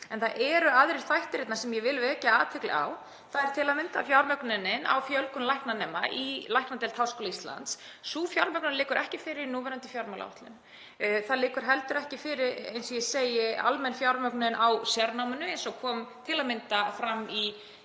En það eru aðrir þættir þarna sem ég vil vekja athygli á, til að mynda fjármögnunin á fjölgun læknanema í læknadeild Háskóla Íslands. Sú fjármögnun liggur ekki fyrir í núverandi fjármálaáætlun. Það liggur heldur ekki fyrir, eins og ég segi, almenn fjármögnun á sérnáminu, eins og kom til að mynda fram í